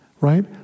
right